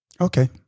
Okay